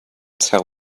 tell